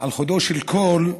על חודו של קול,